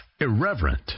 irreverent